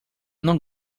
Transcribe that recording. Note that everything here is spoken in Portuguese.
não